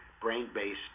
brain-based